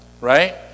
right